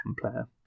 player